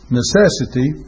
necessity